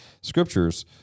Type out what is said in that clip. Scriptures